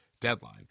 deadline